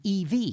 EV